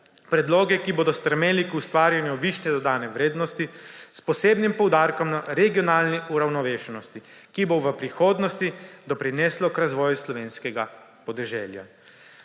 predloge, ki bodo stremeli k ustvarjanju višje dodane vrednosti s posebnim poudarkom na regionalni uravnovešenosti, kar bo v prihodnosti doprineslo k razvoju slovenskega podeželja.